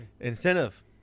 Incentive